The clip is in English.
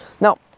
now